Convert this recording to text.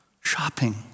Shopping